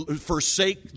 forsake